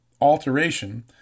alteration